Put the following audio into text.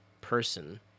person